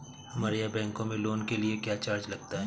हमारे यहाँ बैंकों में लोन के लिए क्या चार्ज लगता है?